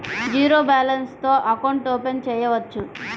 Zero balance తో account open చేయవచ్చు?